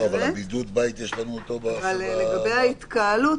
לגבי ההתקהלות,